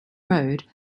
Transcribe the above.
road